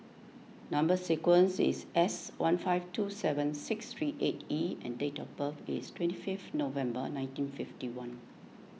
Number Sequence is S one five two seven six three eight E and date of birth is twenty fifth November nineteen fifty one